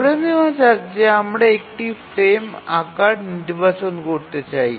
ধরে নেওয়া যাক যে আমরা একটি ফ্রেম আকার নির্বাচন করতে চাই